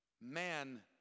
man